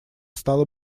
стало